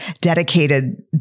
dedicated